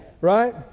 Right